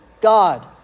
God